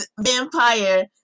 Vampire